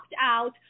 out